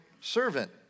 servant